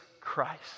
Christ